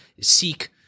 seek